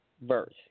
verse